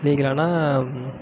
லீகலானா